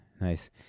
nice